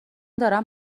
دارم